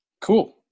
Cool